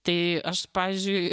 tai aš pavyzdžiui